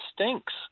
stinks